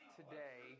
today